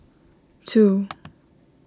two